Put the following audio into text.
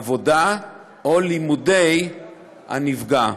עבודה או לימודים של הנפגע.